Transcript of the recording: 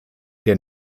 der